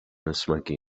ysmygu